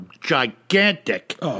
gigantic